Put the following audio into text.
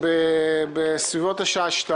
בסביבות השעה